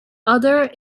other